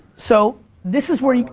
so this is where,